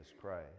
Christ